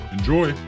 Enjoy